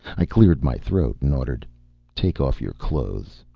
i cleared my throat and ordered take off your clothes.